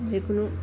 যিকোনো